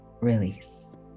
Release